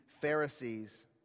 Pharisees